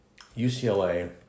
UCLA